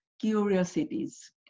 curiosities